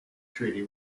treaty